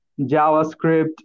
JavaScript